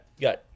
got